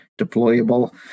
deployable